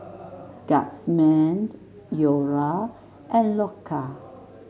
Guardsman Iora and Loacker